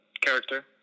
character